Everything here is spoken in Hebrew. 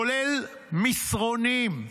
כולל מסרונים,